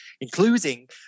including